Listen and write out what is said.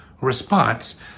response